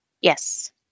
Yes